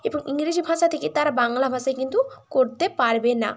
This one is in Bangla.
এবং ইংরেজি ভাষা থেকে তারা বাংলা ভাষায় কিন্তু করতে পারবে না